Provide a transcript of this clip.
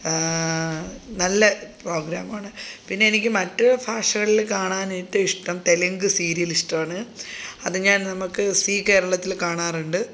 നല്ല പ്രോഗ്രാമാണ് പിന്നെ എനിക്ക് മറ്റു ഭാഷകളിൽ കാണാൻ ഏറ്റും ഇഷ്ടം തെലുങ്ക് സീരിയൽ ഇഷ്ടമാണ് അതു ഞാൻ നമുക്കു സീ കേരളത്തിൽ കാണാറുണ്ട്